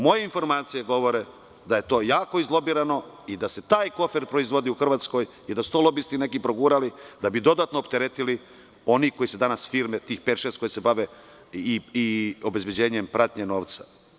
Moje informacije govore da je to jako izlobirano i da se taj kofer proizvodi u Hrvatskoj i da su to lobisti neki progurali da bi dodatno opteretili oni koji se danas, tih pet-šest firmi koje se bave i obezbeđenjem pratnje novca.